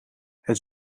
het